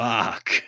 Fuck